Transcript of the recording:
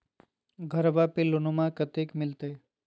घरबा पे लोनमा कतना मिलते?